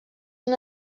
una